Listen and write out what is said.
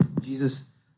Jesus